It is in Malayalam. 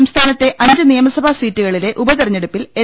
സംസ്ഥാനത്തെ അഞ്ച് നിയമസഭാ സീറ്റുകളിലെ ഉപതെ രഞ്ഞെടുപ്പിൽ എൽ